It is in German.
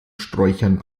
sträuchern